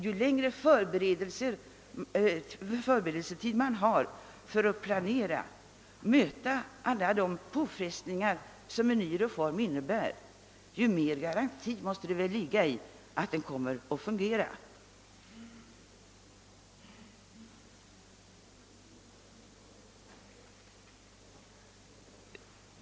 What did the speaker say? Ju längre förberedelsetid man har för att planera hur man skall möta alla de påfrestningar som en reform innebär, desto större garanti måste man väl ha för att den kommer att fungera.